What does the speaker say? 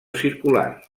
circular